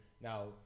now